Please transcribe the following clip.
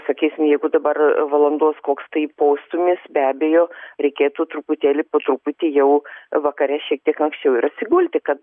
sakysim jeigu dabar valandos koks tai postūmis be abejo reikėtų truputėlį po truputį jau vakare šiek tiek anskčiau ir atsigulti kad